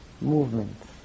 movements